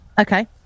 Okay